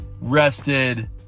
rested